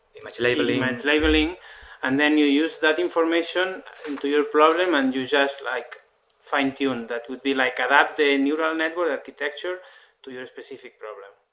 image labeling and labeling and then you use that information into your problem and you just like fine-tune. that would be like adopting neural network architecture to your specific problem.